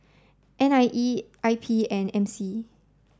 N I E I P and M C